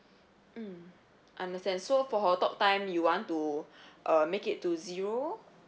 mm understand so for her talk time you want to err make it to zero